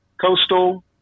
coastal